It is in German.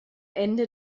ende